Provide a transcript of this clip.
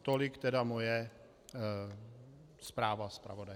Tolik tedy moje zpráva zpravodaje.